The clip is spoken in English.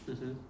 mmhmm